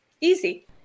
Easy